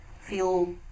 feel